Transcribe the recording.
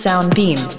Soundbeam